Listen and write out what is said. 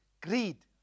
Greed